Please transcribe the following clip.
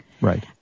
Right